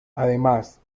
además